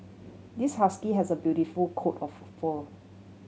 this husky has a beautiful coat of fur